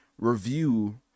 review